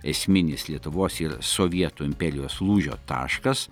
esminis lietuvos ir sovietų imperijos lūžio taškas